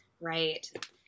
Right